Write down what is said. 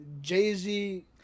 Jay-Z